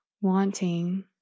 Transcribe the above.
wanting